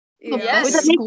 Yes